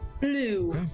Blue